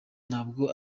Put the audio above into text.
ntabwo